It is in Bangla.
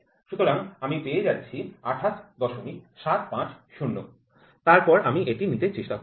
সুতরাং আমি পেয়েছি ২৮৭৫০ তারপর আমি এটি নিতে চেষ্টা করব